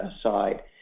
side